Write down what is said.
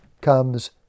comes